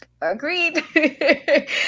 agreed